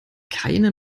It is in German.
keine